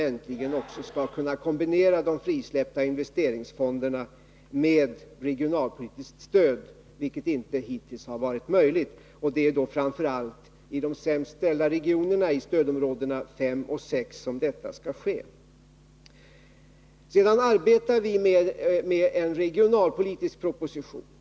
Äntligen skall man kunna kombinera de frisläppta investeringsfonderna med regionalpolitiskt stöd, vilket således inte har varit möjligt hittills. Det är framför allt i de sämst ställda regionerna, i stödområdena 5 och 6, som detta skall ske. Vi arbetar också med en regionalpolitisk proposition.